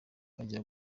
ajya